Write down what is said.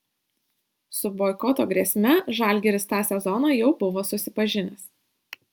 su boikoto grėsme žalgiris tą sezoną jau buvo susipažinęs